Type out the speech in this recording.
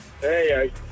Hey